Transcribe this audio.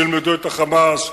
שילמדו את ה"חמאס",